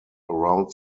around